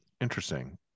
interesting